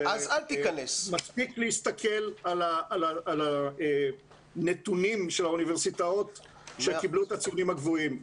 מספיק להסתכל על הנתונים של האוניברסיטאות שקיבלו את הציונים הגבוהים,